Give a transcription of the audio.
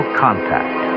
contact